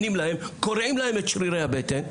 קורעים להם את שרירי הבטן.